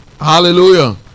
Hallelujah